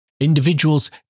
Individuals